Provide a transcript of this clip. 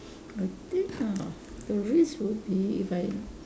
I think ah the risk would be if I